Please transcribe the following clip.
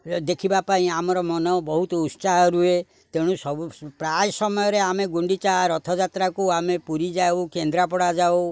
ଦେଖିବା ପାଇଁ ଆମର ମନ ବହୁତ ଉତ୍ସାହ ରୁହେ ତେଣୁ ସବୁ ପ୍ରାୟ ସମୟରେ ଆମେ ଗୁଣ୍ଡିଚା ରଥଯାତ୍ରାକୁ ଆମେ ପୁରୀ ଯାଉ କେନ୍ଦ୍ରାପଡ଼ା ଯାଉ